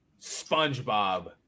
SpongeBob